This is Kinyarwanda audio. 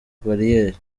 bariyeri